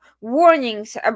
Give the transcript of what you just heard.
warnings